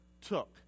took